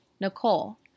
Nicole